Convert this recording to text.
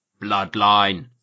Bloodline